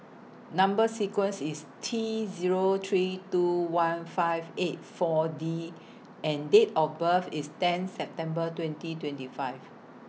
Number sequence IS T Zero three two one five eight four D and Date of birth IS ten September twenty twenty five